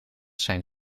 zijn